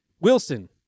Wilson